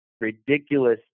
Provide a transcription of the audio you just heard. ridiculous